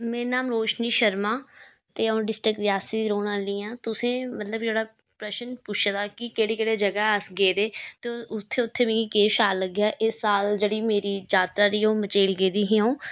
मेरा नाम रोशनी शर्मा ते अ'ऊं डिस्टिक रियासी दी रौह्न आह्ली आं तुसें जेह्ड़ा मतलब प्रश्न पुच्छे दा कि केह्ड़ी केह्ड़ी जगह् अस गेदे ते उत्थें उत्थें मिगी केह् शैल लग्गेआ एह् साल जेह्ड़ी मेरी जात्तरा रेही ओह् मचेल गेदी ही अ'ऊं